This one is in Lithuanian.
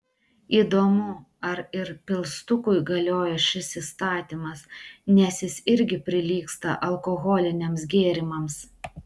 įdomu ar ir pilstukui galioja šis įstatymas nes jis irgi prilygsta alkoholiniams gėrimams